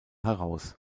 heraus